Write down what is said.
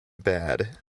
bad